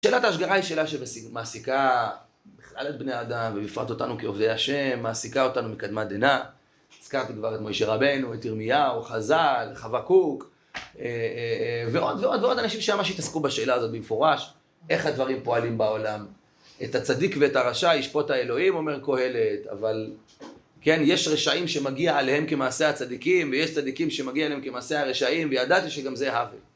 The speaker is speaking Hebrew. שאלת ההשגחה היא שאלה שמעסיקה בכלל את בני האדם ובפרט אותנו כעובדי השם, מעסיקה אותנו מקדמה דנא, הזכרתי כבר את משה רבנו, את ירמיהו, חז"ל, חבקוק, ועוד ועוד ועוד אנשים שם התעסקו בשאלה הזאת במפורש, איך הדברים פועלים בעולם. את הצדיק ואת הרשע ישפוט האלוהים אומר קוהלת, אבל כן, יש רשעים שמגיע עליהם כמעשי הצדיקים, ויש צדיקים שמגיע עליהם כמעשי הרשעים, וידעתי שגם זה הבל.